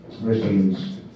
regimes